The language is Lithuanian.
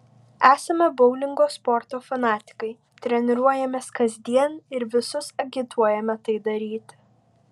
esame boulingo sporto fanatikai treniruojamės kasdien ir visus agituojame tai daryti